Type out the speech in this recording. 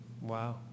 Wow